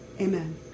Amen